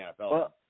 NFL